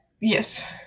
Yes